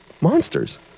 monsters